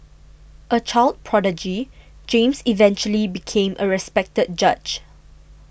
a child prodigy James eventually became a respected judge